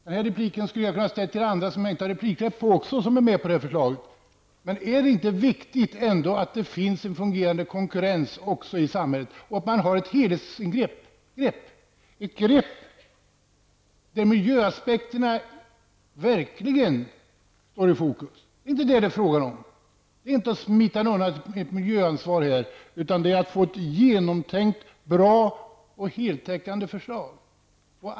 Den här frågan skulle jag kunna ställa till andra som också är med på det här förslaget men som jag inte har replikrätt på. Är det inte viktigt att det finns en fungerande konkurrens i samhället? Är det inte viktigt att man har ett helhetsgrepp där miljöaspekterna verkligen står i fokus. Men det är det inte frågan om här. Det är inte fråga om att här smita undan ett miljöansvar, utan det är fråga om att få ett genomtänkt, bra och heltäckande förslag.